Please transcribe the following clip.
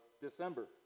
December